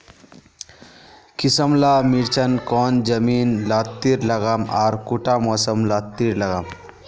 किसम ला मिर्चन कौन जमीन लात्तिर लगाम आर कुंटा मौसम लात्तिर लगाम?